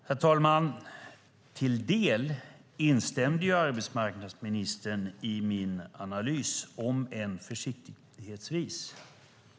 Herr talman! Till viss del instämde arbetsmarknadsministern i min analys, om än försiktigt.